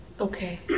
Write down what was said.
Okay